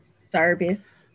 service